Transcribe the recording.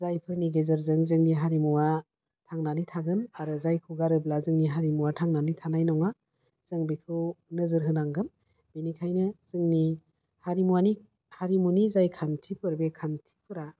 जायफोरनि गेजेरजों जोंनि हारिमुवा थांनानै थागोन आरो जायखौ गारोब्ला जोंनि हारिमुवा थांनानै थानाय नङा जों बेखौ नोजोर होनांगोन बिनिखायनो जोंनि हारिमुवानि हारिमुनि जाय खान्थिफोर बे खान्थिफ्रा